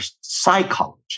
psychology